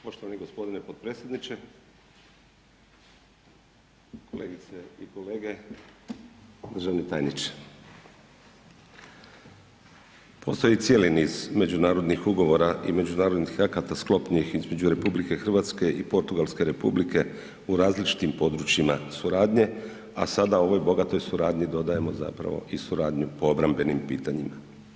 Poštovani gospodine potpredsjedniče, kolegice i kolege, državni tajniče, postoji cijeli niz međunarodnih ugovora i međunarodnih akata sklopljenih između RH i Portugalske Republike u različitim područjima suradnje, a sada ovoj bogatoj suradnji dodajemo zapravo i suradnju po obrambenim pitanjima.